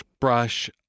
brush